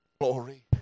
glory